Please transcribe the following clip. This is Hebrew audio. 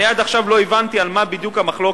אני עד עכשיו לא הבנתי על מה בדיוק המחלוקת.